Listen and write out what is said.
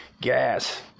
gas